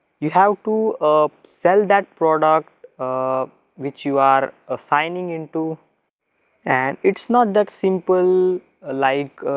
you have to um sell that product which you are ah signing into and it's not that simple like